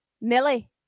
millie